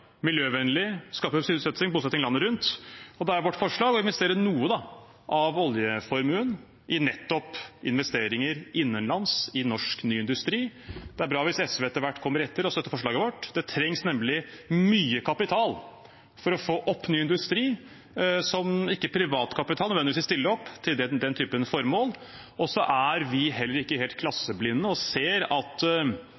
miljøvennlig og skaper sysselsetting og bosetting landet rundt. Og da er vårt forslag å investere noe av oljeformuen i nettopp ny norsk industri innenlands. Det er bra hvis SV etter hvert kommer etter og støtter forslaget vårt. Det trengs nemlig mye kapital for å få opp ny industri, som ikke privat kapital nødvendigvis vil stille opp med for den typen formål. Og så er vi heller ikke helt